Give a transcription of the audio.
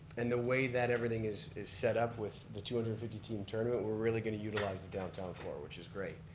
and the way that everything is is set up with the two hundred and fifty team tournament. we're really going to utilize the downtown court which is great.